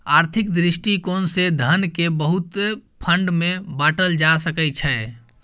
आर्थिक दृष्टिकोण से धन केँ बहुते फंड मे बाटल जा सकइ छै